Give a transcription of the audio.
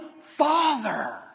Father